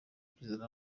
perezida